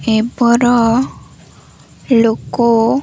ଏବର ଲୋକ